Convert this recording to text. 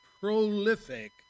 prolific